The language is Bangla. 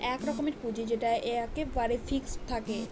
এক রকমের পুঁজি যেটা এক্কেবারে ফিক্সড থাকে